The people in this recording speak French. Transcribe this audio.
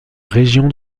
région